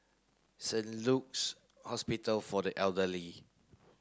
Saint Luke's Hospital for the Elderly